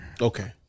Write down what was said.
Okay